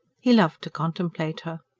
he loved to contemplate her.